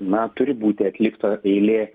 na turi būti atlikta eilė